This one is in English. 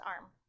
arm